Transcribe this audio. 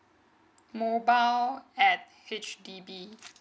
mobile at H_D_B